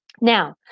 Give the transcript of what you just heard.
Now